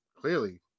clearly